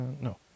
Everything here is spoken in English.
No